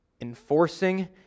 enforcing